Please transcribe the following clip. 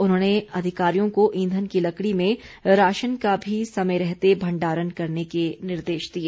उन्होंने अधिकारियों को ईंधन की लकड़ी में राशन का भी समय रहते भण्डारण करने के निर्देश दिए